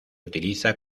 utiliza